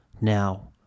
Now